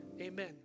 Amen